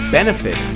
benefit